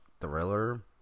thriller